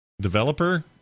developer